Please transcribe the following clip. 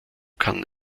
kann